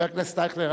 חבר הכנסת אייכלר.